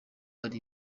ari